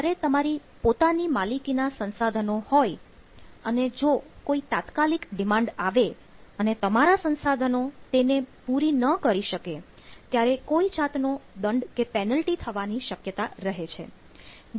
જ્યારે તમારી પોતાની માલિકીના સંસાધનો હોય અને જો કોઈ તાત્કાલિક ડિમાન્ડ આવે અને તમારા સંસાધનો તેને પૂરી ન કરી શકે ત્યારે કોઈ જાતનો દંડ થવાની શક્યતા રહે છે